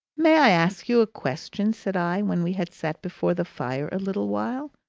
may i ask you a question? said i when we had sat before the fire a little while.